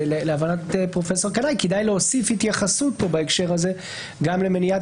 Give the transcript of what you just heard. שלהבנת פרופסור קנאי כדאי להוסיף התייחסות בהקשר הזה גם למניעת